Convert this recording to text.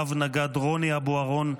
רב-נגד רוני אבוהרון,